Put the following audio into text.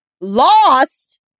Lost